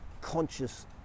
conscious